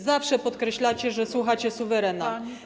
Zawsze podkreślacie, że słuchacie suwerena.